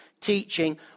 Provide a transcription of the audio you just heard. teaching